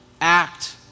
act